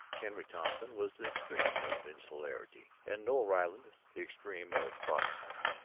henry thompson was the extreme of insularity, and noel ryland the extreme of frothiness,